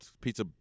pizza